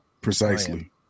precisely